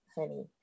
honey